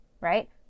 right